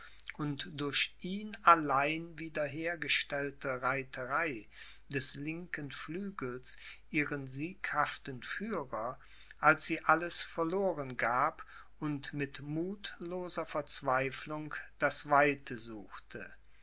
und durch ihn allein wieder hergestellte reiterei des linken flügels ihren sieghaften führer als sie alles verloren gab und mit muthloser verzweiflung das weite suchte